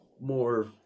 more